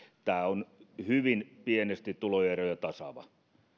tämä on hyvin pienesti tuloeroja tasaava